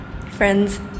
friends